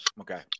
okay